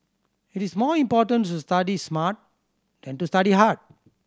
it is more important to study smart than to study hard